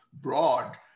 broad